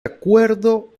acuerdo